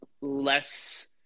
less